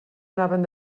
anaven